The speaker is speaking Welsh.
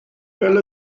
fel